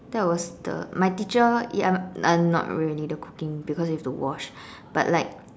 that was the my teacher ya not really the cooking because you have to wash but like